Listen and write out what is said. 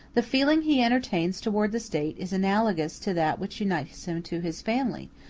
the feeling he entertains towards the state is analogous to that which unites him to his family,